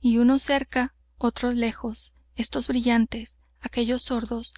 y unos cerca otros lejos éstos brillantes aquéllos sordos